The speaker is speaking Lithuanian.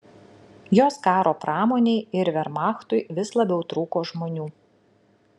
jos karo pramonei ir vermachtui vis labiau trūko žmonių